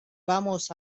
vamos